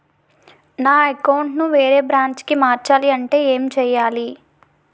నా అకౌంట్ ను వేరే బ్రాంచ్ కి మార్చాలి అంటే ఎం చేయాలి?